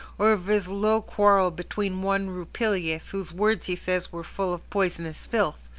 or of his low quarrel between one rupilius whose words he says were full of poisonous filth,